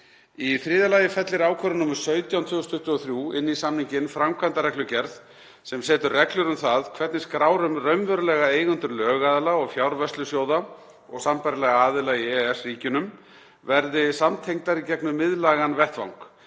Í þriðja lagi fellir ákvörðun nr. 17/2023 inn í samninginn framkvæmdarreglugerð sem setur reglur um það hvernig skrár um raunverulega eigendur lögaðila og fjárvörslusjóða og sambærilegra aðila í EES-ríkjunum verði samtengdar í gegnum miðlægan vettvang.